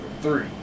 three